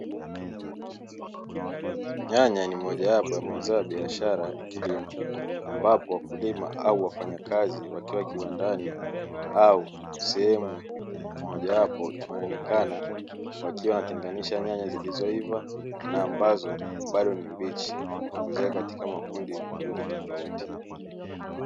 Nyanya ni moja wapo wa mazao ya biashara ya kilimo ambapo wakulima au wafanya kazi wakiwa kiwandani au sehemu moja wapo, wanaonekana wakiwa wanatenganisha nyanya zilizoiva na ambazo bado ni mbichi na kuziweka katika makundi tofauti.